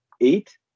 eight